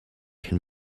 can